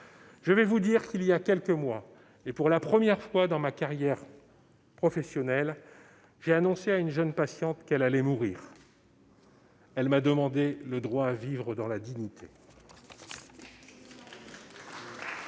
des miennes. Voilà quelques mois, pour la première fois dans ma carrière professionnelle, j'ai annoncé à une jeune patiente qu'elle allait mourir. Elle m'a demandé le droit à vivre dans la dignité.